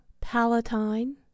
palatine